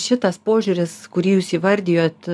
šitas požiūris kurį jūs įvardijot